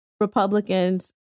Republicans